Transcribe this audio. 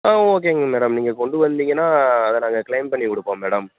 ஆ ஓகேங்க மேடம் நீங்கள் கொண்டு வந்திங்கன்னால் அதை நாங்கள் க்ளைம் பண்ணி கொடுப்போம் மேடம்